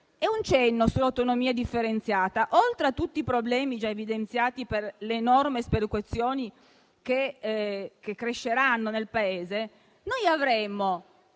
un cenno all'autonomia differenziata: oltre a tutti i problemi già evidenziati per le enormi sperequazioni che cresceranno nel Paese, avremo